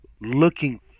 looking